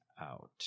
out